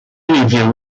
review